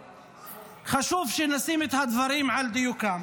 וחשוב שנשים את הדברים על דיוקם.